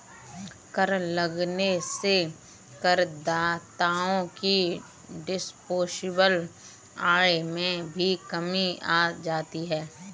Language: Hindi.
कर लगने से करदाताओं की डिस्पोजेबल आय में भी कमी आ जाती है